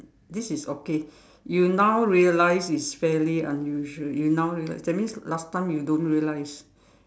this is okay you now realize is fairly unusual you now realize that means last time you don't realize